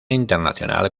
internacional